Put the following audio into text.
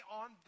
on